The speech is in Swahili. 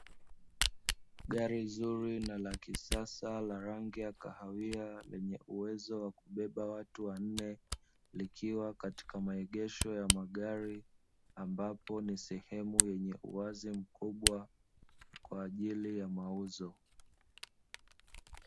Gari zuri na la kisasa la rangi ya kahawia lenye uwezo wa kubeba watu wanne, likiwa katika maegesho ya magari ambapo ni sehemu yenye uwazi mkubwa kwa ajili ya mauzo.